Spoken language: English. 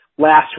Last